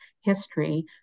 history